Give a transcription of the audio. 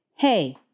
hey